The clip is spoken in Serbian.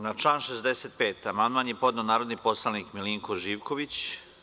Na član 65. amandman je podneo narodni poslanik Milinko Živković.